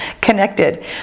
connected